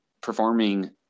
performing